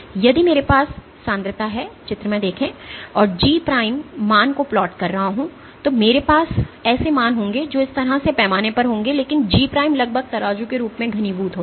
यदि मेरे पास सांद्रता है और मैं G मान को plot कर रहा हूं तो मेरे पास ऐसे मान होंगे जो इस तरह से पैमाने पर होंगे लेकिन G लगभग तराजू के रूप में घनीभूत होते हैं